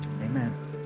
amen